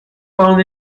found